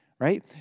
right